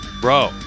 Bro